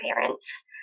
parents